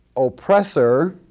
oppressor,